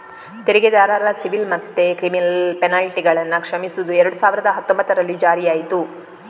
ತೆರಿಗೆದಾರರ ಸಿವಿಲ್ ಮತ್ತೆ ಕ್ರಿಮಿನಲ್ ಪೆನಲ್ಟಿಗಳನ್ನ ಕ್ಷಮಿಸುದು ಎರಡು ಸಾವಿರದ ಹತ್ತೊಂಭತ್ತರಲ್ಲಿ ಜಾರಿಯಾಯ್ತು